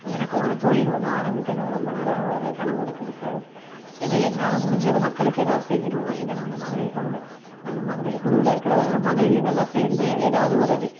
எனக்கும் ஒரு தொழில் ஒன்று ஆரமிக்கணும் ரொம்ப நாளாக ஒரு கனவு இருக்குங்க சார் ஏதோ என்னால் முடிஞ்சது மக்களுக்கு எதாவது செய்யணும் எங்கள் நாங்கள் மகளிர் குழுவுல நாங்கள் மகளிர் குழுவுல இருக்கிறதால மகளிர்களெலாம் சேர்ந்து எதாவது ஒரு டி